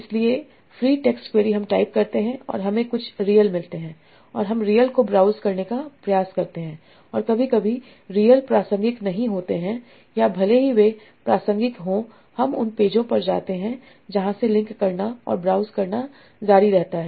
इसलिए free text query हम type करते हैं और हमें कुछ रियल मिलते हैं और हम रियल को ब्राउज़ करने का प्रयास करते हैं और कभी कभी रियल प्रासंगिक नहीं होते हैं या भले ही वे प्रासंगिक हों हम उन पेजों पर जाते हैं जहां से लिंक करना और ब्राउज़ करना जारी रहता है